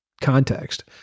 context